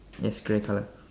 yes grey colour